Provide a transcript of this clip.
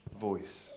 voice